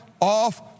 off